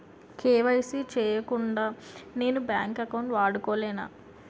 KYC చేయకుండా నేను bank account వాడుకొలేన?